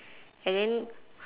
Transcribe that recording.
and then